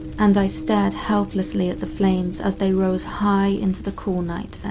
and i stared helplessly at the flames as they rose high into the cool night